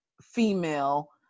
female